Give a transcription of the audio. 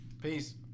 peace